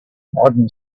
modern